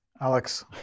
alex